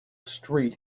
street